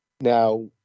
Now